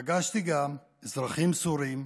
פגשתי גם אזרחים סורים,